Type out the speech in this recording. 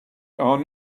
are